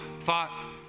thought